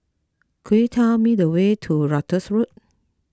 could you tell me the way to Ratus Road